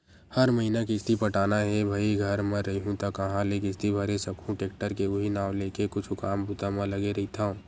हर महिना किस्ती पटाना हे भई घर म रइहूँ त काँहा ले किस्ती भरे सकहूं टेक्टर के उहीं नांव लेके कुछु काम बूता म लगे रहिथव